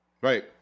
Right